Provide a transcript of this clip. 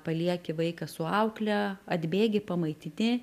palieki vaiką su aukle atbėgi pamaitini